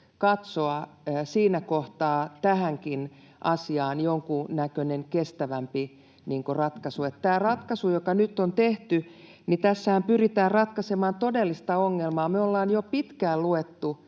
tarkoitus katsoa tähänkin asiaan jonkunnäköinen kestävämpi ratkaisu. Tässä ratkaisussahan, joka nyt on tehty, pyritään ratkaisemaan todellista ongelmaa. Me ollaan jo pitkään luettu